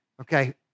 Okay